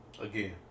Again